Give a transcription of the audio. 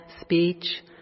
speech